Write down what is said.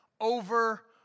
over